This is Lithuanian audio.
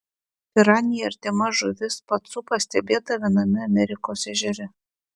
piranijai artima žuvis pacu pastebėta viename amerikos ežere